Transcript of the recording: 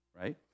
right